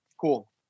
cool